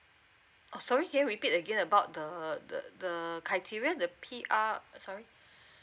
oh sorry can you repeat again about the the the the criteria the P_R uh sorry